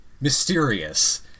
mysterious